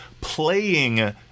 playing